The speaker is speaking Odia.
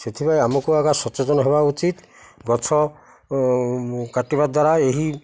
ସେଥିପାଇଁ ଆମକୁ ଆଗ ସଚେତନ ହେବା ଉଚିତ ଗଛ କାଟିବା ଦ୍ୱାରା ଏହି